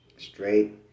Straight